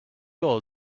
all